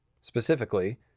Specifically